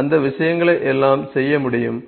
அந்த விஷயங்களை எல்லாம் செய்ய முடியும்